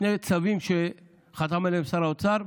שני צווים שחתם עליהם שר האוצר,